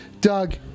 Doug